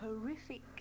horrific